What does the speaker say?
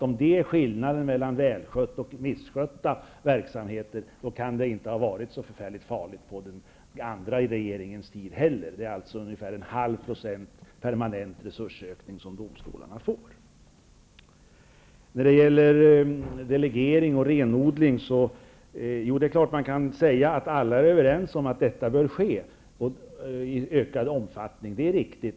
Om det är skillnaden mellan välskötta och misskötta verksamheter, kan det inte ha varit så förfärligt illa på den förra regeringens tid. Det handlar alltså om Så till detta med delegering och renodling. Ja, det är klart att man kan säga att alla är överens om att detta bör ske i ökad omfattning.